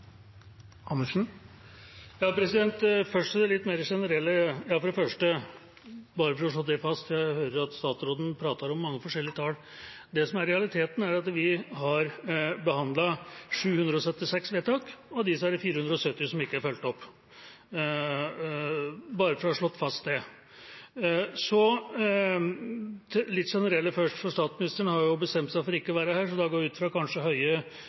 bare for å slå det fast: Jeg hører at statsråden prater om mange forskjellige tall. Det som er realiteten, er at vi har behandlet 776 vedtak, og av disse er det 470 som ikke er fulgt opp – bare for å ha slått fast det. Til det litt mer generelle først. Statsministeren har jo bestemt seg for ikke å være her, så da går jeg ut fra at Høie kanskje